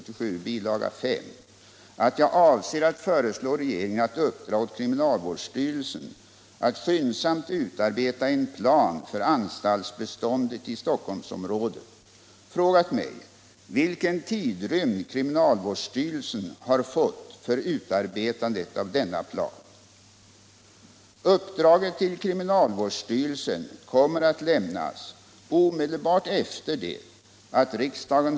I avvaktan på att tomtfrågan för den redan beslutade lokalanstalten i Stockholm klaras upp förklarar sig chefen för justitiedepartementet inte beredd att föra upp någon ny lokalanstalt i investeringsplanen.